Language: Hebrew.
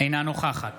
אינה נוכחת